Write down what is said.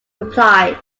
reply